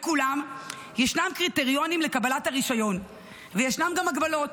בכולם ישנם קריטריונים לקבלת הרישיון וישנן גם הגבלות.